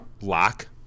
lock